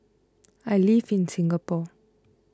I live in Singapore